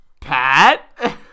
Pat